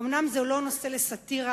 אומנם זהו לא נושא לסאטירה,